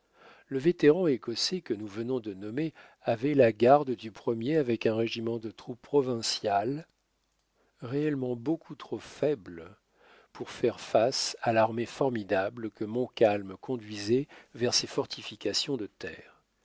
le vétéran écossais que nous venons de nommer avait la garde du premier avec un régiment de troupes provinciales réellement beaucoup trop faibles pour faire face à l'armée formidable que montcalm conduisait vers ses fortifications de terre